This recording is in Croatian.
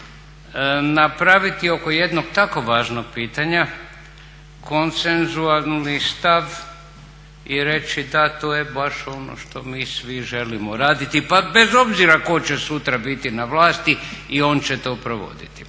napraviti oko jednog tako važnog pitanja konsenzualni stav i reći da to je baš ono što mi svi želimo raditi pa bez obzira tko će sutra biti na vlasti i on će to provoditi.